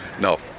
No